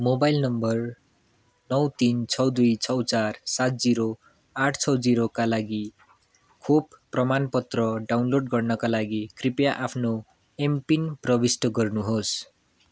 mobile नम्बर नौ तिन छ दुई छ चार सात जिरो आठ छ जिरोका लागि खोप प्रमाण पत्र डाउनलोड गर्नाका लागि कृपया आफ्नो एमपिन प्रविष्ट गर्नु होस्